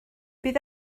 bydd